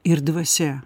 ir dvasia